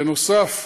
בנוסף,